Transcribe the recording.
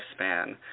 lifespan